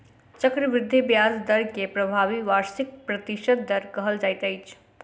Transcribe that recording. चक्रवृद्धि ब्याज दर के प्रभावी वार्षिक प्रतिशत दर कहल जाइत अछि